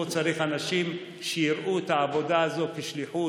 פה צריך אנשים שיראו את העבודה הזאת כשליחות.